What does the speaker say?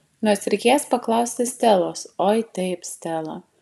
nors reikės paklausti stelos oi taip stela